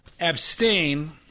abstain